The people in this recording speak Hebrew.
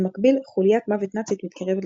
במקביל, חוליית מוות נאצית מתקרבת לשטעטל.